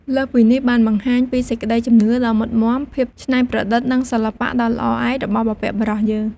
លើសពីនេះ បានបង្ហាញពីសេចក្តីជំនឿដ៏មុតមាំ ភាពច្នៃប្រឌិត និងសិល្បៈដ៏ល្អឯករបស់បុព្វបុរសយើង។